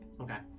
okay